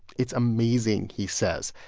it's amazing, he says.